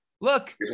look